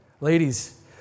Ladies